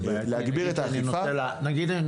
נגיד,